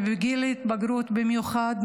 ובגיל ההתבגרות במיוחד,